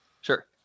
Sure